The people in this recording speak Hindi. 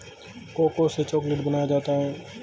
कोको से चॉकलेट बनाया जाता है